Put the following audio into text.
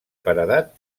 paredat